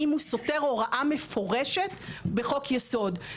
אם הוא סותר הוראה מפורשת בחוק ייסוד.